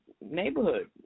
neighborhood